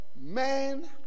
man